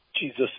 Jesus